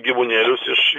gyvūnėlius iš